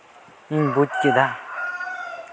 ᱤᱧᱤᱧ ᱵᱩᱡ ᱠᱮᱫᱟ